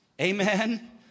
Amen